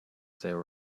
there